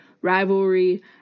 rivalry